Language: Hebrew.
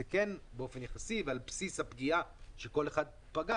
זה כן ניתן באופן יחסי ועל בסיס הפגיעה שכל אחד נפגע.